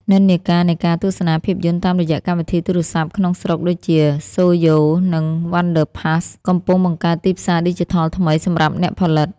និន្នាការនៃការទស្សនាភាពយន្តតាមរយៈកម្មវិធីទូរស័ព្ទក្នុងស្រុកដូចជា Soyo និង Wonderpass កំពុងបង្កើតទីផ្សារឌីជីថលថ្មីសម្រាប់អ្នកផលិត។